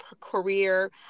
career